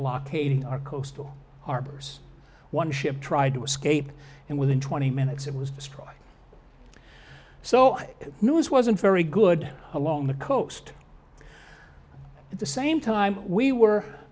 blockading our coastal harbors one ship tried to escape and within twenty minutes it was destroyed so the news wasn't very good along the coast at the same time we